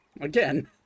Again